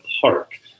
park